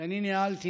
שאני ניהלתי